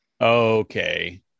Okay